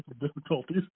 difficulties